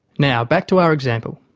now back to our example.